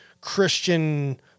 Christian